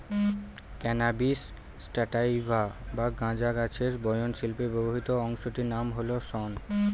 cannabis sativa বা গাঁজা গাছের বয়ন শিল্পে ব্যবহৃত অংশটির নাম হল শন